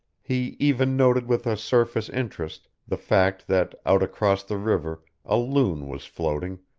he even noted with a surface interest the fact that out across the river a loon was floating,